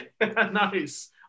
Nice